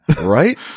Right